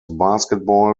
basketball